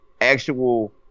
actual